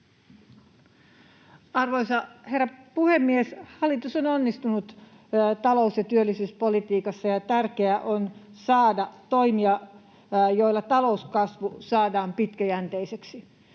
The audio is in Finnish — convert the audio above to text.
Arvoisa herra puhemies! Hallitus on onnistunut talous- ja työllisyyspolitiikassa, ja tärkeää on saada toimia, joilla talouskasvu saadaan pitkäjänteiseksi.